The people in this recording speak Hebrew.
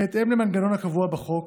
בהתאם למנגנון הקבוע בחוק,